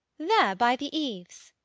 there by the eaves.